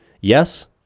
yes